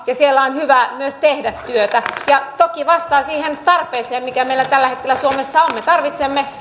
ja siellä on hyvä myös tehdä työtä ja toki se vastaa siihen tarpeeseen mikä meillä tällä hetkellä suomessa on me tarvitsemme